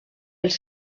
els